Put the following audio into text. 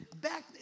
back